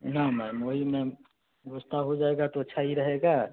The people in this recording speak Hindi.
ना मैम वही मैम व्यवस्था हो जाएगा तो अच्छा ही रहेगा